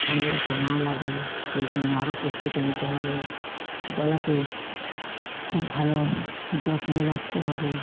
ঠান্ডা যাতে না লাগে সেই জন্য আরো প্রস্তুতি নিতে হবে গলাকে খুব ভালো যত্নে রাখতে হবে